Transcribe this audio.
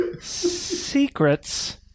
secrets